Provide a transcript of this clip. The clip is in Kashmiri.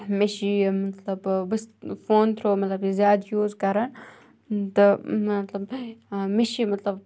مےٚ چھِ یہِ مطلب بہٕ چھَس فونہٕ تھرٛوٗ مطلب یہِ زیادٕ یوٗز کَران تہٕ مطلب مےٚ چھِ یہِ مطلب